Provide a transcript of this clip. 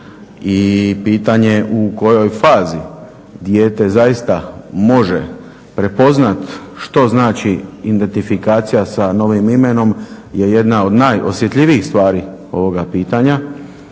i pitanje u kojoj fazi. dijete zaista može prepoznat što znači identifikacija sa novim imenom, je jedna od najosjetljivijih stvari ovoga pitanja.